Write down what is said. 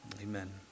Amen